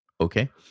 okay